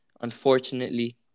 unfortunately